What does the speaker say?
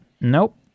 Nope